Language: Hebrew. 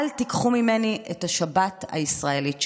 אל תיקחו ממני את השבת הישראלית שלי.